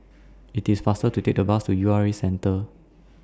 IT IS faster to Take The Bus to U R A Centre